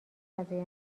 فضای